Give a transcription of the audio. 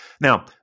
Now